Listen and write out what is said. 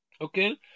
Okay